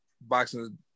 boxing